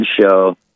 show